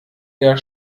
der